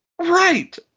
Right